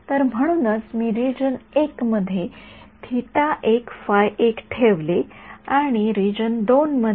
तर म्हणूनच मी रिजन १ मध्ये ठेवले आणि रिजन २ मध्ये